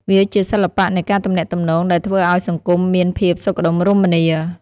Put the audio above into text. វាជាសិល្បៈនៃការទំនាក់ទំនងដែលធ្វើឲ្យសង្គមមានភាពសុខដុមរមនា។